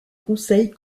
conseils